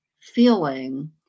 feeling